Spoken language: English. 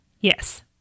Yes